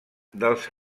dels